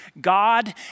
God